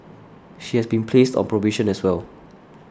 she has been placed on probation as well